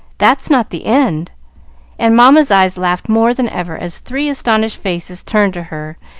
that's not the end and mamma's eyes laughed more than ever as three astonished faces turned to her,